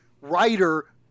writer